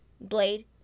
Blade